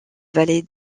vallée